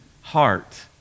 heart